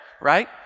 right